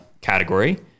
category